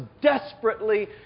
desperately